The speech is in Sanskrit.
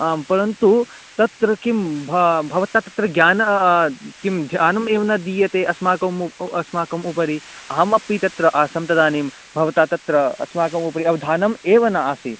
आम् परन्तु तत्र किं भ भवतः तत्र ज्ञानं किं ज्ञानम् एव न दीयते अस्माकं अस्माकम् उपरि अहं अपि तत्र आसं तदानीं भवतः तत्र अस्माकम् उपरि अवधानम् एव न आसीत्